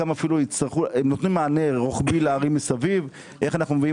הן נותנות מענה רוחבי לערים מסביב ואני שואל איך